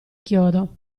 chiodo